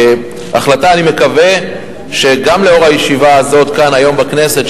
החלטה אני מקווה שגם לאור הישיבה הזאת כאן היום בכנסת,